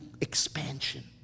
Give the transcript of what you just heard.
expansion